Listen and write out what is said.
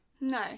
No